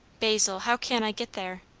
basil, how can i get there?